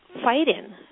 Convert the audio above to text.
fighting